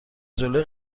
جلوی